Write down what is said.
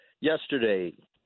Yesterday